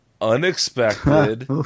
unexpected